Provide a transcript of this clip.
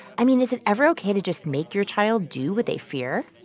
i mean, is it ever ok to just make your child do what they fear?